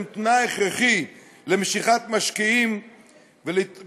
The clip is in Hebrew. הם תנאי הכרחי למשיכת משקיעים לתחום